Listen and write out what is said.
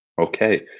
Okay